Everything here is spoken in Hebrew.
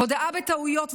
הודאה בטעויות ובאחריות,